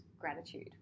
gratitude